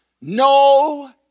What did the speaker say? no